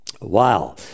Wow